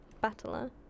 battler